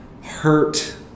hurt